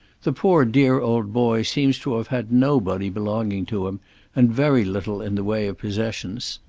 the poor dear old boy seems to have had nobody belonging to him and very little in the way of possessions.